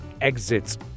exits